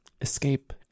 Escape